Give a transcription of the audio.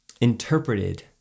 interpreted